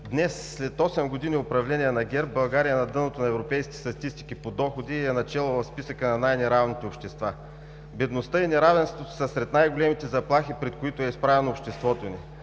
Днес, след осем години управление на ГЕРБ, България е на дъното на европейските статистики по доходи и е начело в списъка на най-неравните общества. Бедността и неравенството са сред най-големите заплахи, пред които е изправено обществото ни.